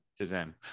Shazam